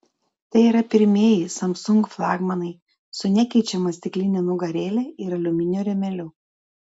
tai yra pirmieji samsung flagmanai su nekeičiama stikline nugarėle ir aliuminio rėmeliu